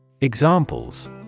Examples